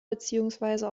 beziehungsweise